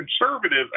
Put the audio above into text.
conservative